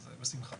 אז בשמחה.